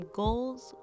goals